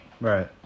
right